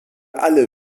alle